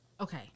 Okay